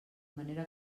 manera